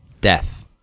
death